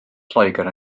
lloegr